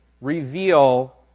reveal